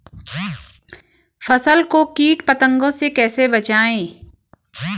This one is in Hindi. फसल को कीट पतंगों से कैसे बचाएं?